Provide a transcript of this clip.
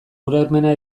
ulermena